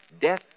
Death